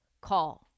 call